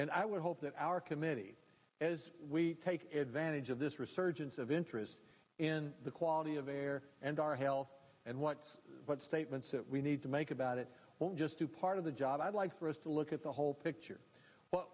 and i would hope that our committee as we take advantage of this resurgence of interest in the quality of air and our health and what's what statements that we need to make about it just do part of the job i'd like for us to look at the whole picture